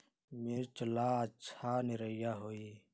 मिर्च ला अच्छा निरैया होई?